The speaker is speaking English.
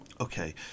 Okay